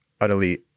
utterly